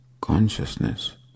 Consciousness